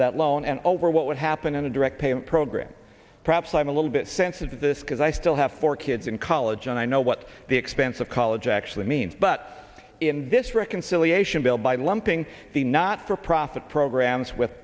that loan and over what would happen in a direct payment program perhaps i'm a little bit sensitive this because i still have four kids in college and i know what the expense of college actually means but in this reconciliation bill by lumping the not for profit programs with